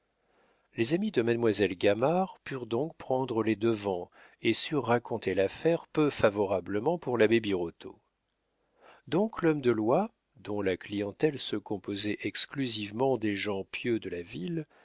les amis de mademoiselle gamard purent donc prendre les devants et surent raconter l'affaire peu favorablement pour l'abbé birotteau donc l'homme de loi dont la clientèle se composait exclusivement des gens pieux de la ville